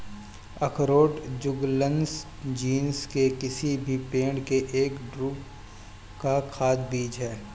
अखरोट Juglans genus के किसी भी पेड़ के एक ड्रूप का खाद्य बीज है